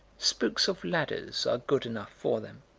spooks of ladders are good enough for them.